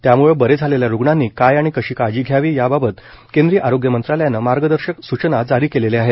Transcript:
त्यामुळे बरे झालेल्या रुग्णांनी काय आणि कशी काळजी घ्यावी याबाबत केंद्रीय आरोग्य मंत्रालयानं मार्गदर्शक सूचना जारी केल्या आहेत